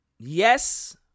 Yes